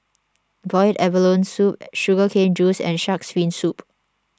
Boiled Abalone Soup Sugar Cane Juice and Shark's Fin Soup